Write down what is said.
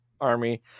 army